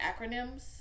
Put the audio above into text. acronyms